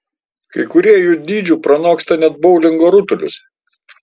kai kurie jų dydžiu pranoksta net boulingo rutulius